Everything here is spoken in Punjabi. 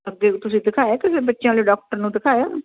ਅੱਗੇ ਵੀ ਤੁਸੀਂ ਦਿਖਾਇਆ ਕਿਸੇ ਬੱਚਿਆਂ ਵਾਲੇ ਡਾਕਟਰ ਨੂੰ ਦਿਖਾਇਆ